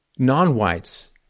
non-whites